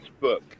Facebook